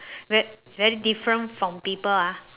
ve~ very different from people ah